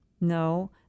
No